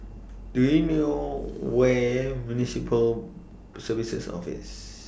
Do YOU know Where Municipal Services Office